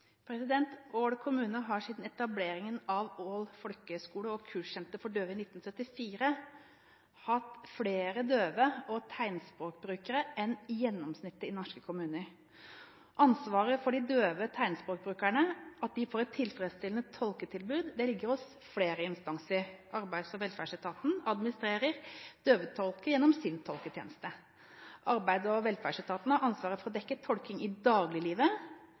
Ål kommune har siden etableringen av Ål Folkehøyskole og kurssenter for døve i 1974 hatt flere døve og tegnspråkbrukere enn gjennomsnittet i norske kommuner. Ansvaret for at de døve tegnspråkbrukerne får et tilfredsstillende tolketilbud ligger hos flere instanser. Arbeids- og velferdsetaten administrerer døvetolker gjennom sin tolketjeneste. Arbeids- og velferdsetaten har ansvaret for å dekke tolking i dagliglivet,